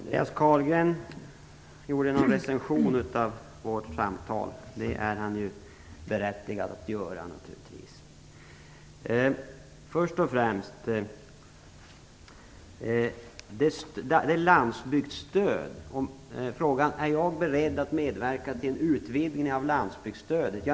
Fru talman! Andreas Carlgren gjorde en recension av vårt samtal, och det är han naturligtvis berättigad att göra. Han frågade: Är jag beredd att medverka till en utvidgning av landsbygdsstödet?